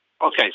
Okay